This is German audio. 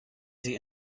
sie